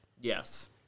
Yes